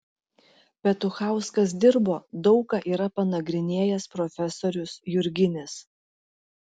petuchauskas dirbo daug ką yra panagrinėjęs profesorius jurginis